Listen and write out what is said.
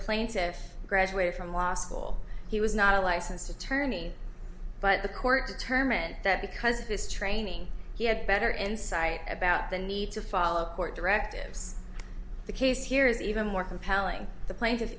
plaintiffs graduated from law school he was not a licensed attorney but the court determined that because of his training he had better insight about the need to follow court directives the case here is even more compelling the pla